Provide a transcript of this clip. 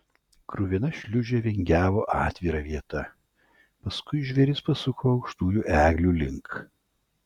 kruvina šliūžė vingiavo atvira vieta paskui žvėris pasuko aukštųjų eglių link